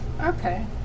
Okay